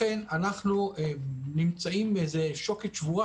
לכן אנחנו נמצאים בפני שוקת שבורה,